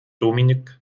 dominik